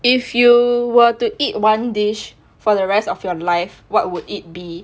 if you were to eat one dish for the rest of your life what would it be